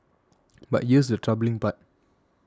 but there's the troubling part